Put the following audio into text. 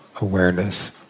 awareness